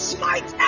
Smite